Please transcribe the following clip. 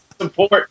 support